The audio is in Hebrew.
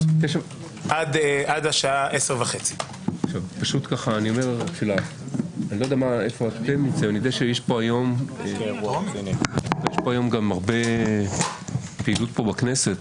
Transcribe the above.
עד השעה 10:30. יש פה היום גם הרבה פעילות בכנסת,